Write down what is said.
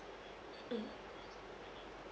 mm